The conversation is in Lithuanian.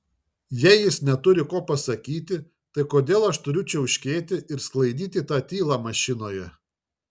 jei jis neturi ko pasakyti tai kodėl aš turiu čiauškėti ir sklaidyti tą tylą mašinoje